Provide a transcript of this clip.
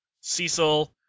Cecil